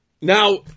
Now